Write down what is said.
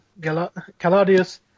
Caladius